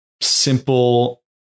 simple